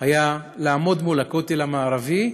היה לעמוד מול הכותל המערבי.